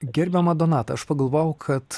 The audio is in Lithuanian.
gerbiama donatai aš pagalvojau kad